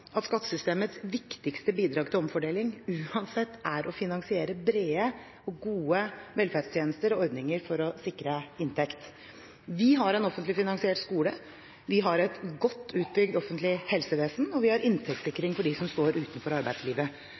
at skattesystemets viktigste bidrag til omfordeling uansett er å finansiere brede og gode velferdstjenester og ordninger for å sikre inntekt. Vi har en offentlig finansiert skole, vi har et godt utbygd offentlig helsevesen, og vi har inntektssikring for dem som står utenfor arbeidslivet.